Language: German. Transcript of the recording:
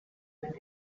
mit